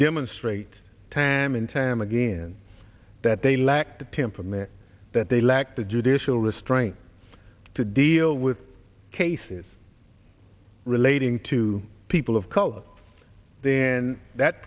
demonstrate time and time again that they lack the temperament that they lack the judicial restraint to deal with cases relating to people of color then that